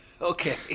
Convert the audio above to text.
okay